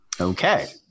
Okay